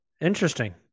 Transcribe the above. Interesting